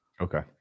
Okay